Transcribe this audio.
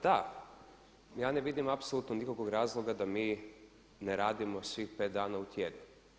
Da, ja ne vidim apsolutno nikakvog razloga da mine radimo svih pet dana u tjednu.